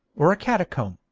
or a catacomb,